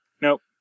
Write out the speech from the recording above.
Nope